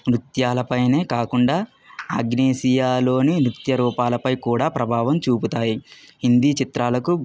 నృత్యాల పైనే కాకుండా ఆగ్నేసియాలోని నృత్య రూపాలపై కూడా ప్రభావం చూపుతాయి హిందీ చిత్రాలకు